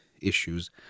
issues